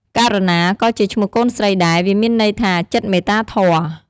ករុណាក៏ជាឈ្មោះកូនស្រីដែរ វាមានន័យថាចិត្តមេត្តាធម៌។